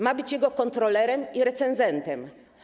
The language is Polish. Ma być jego kontrolerem i recenzentem.